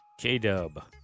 K-Dub